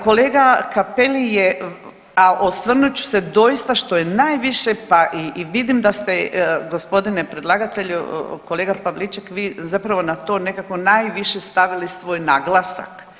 Kolega Cappelli je, a osvrnut ću se doista što je najviše, pa i vidim da ste gospodine predlagatelju, kolega Pavliček vi zapravo na to nekako najviše stavili svoj naglasak.